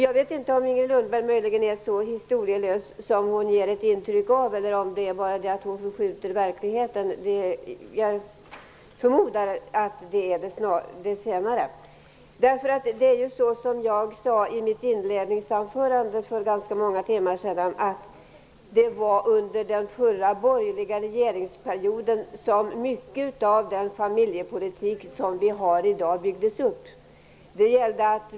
Jag vet inte om Inger Lundberg är så historielös som hon ger ett intryck av eller om hon bara förskjuter verkligheten. Jag förmodar att det är det senare. Som jag sade i mitt inledningsanförande för ganska många timmar sedan, var det under den förra borgerliga regeringsperioden som mycket av den familjepolitik som vi har i dag byggdes upp.